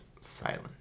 silent